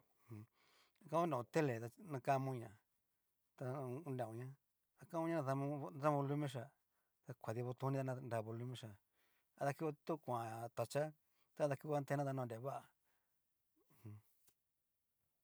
A kaon konreon tele ta nakamonñata hu u un. oreonña akaon nadamon volun chia ta kuadi botoni ta nra volumen chia ada kui tu kuan tachia ta dakuku antena ja tá naonre vá mjun.